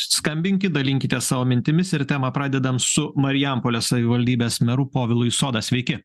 skambinkit dalinkitės savo mintimis ir temą pradedam su marijampolės savivaldybės meru povilu isoda sveiki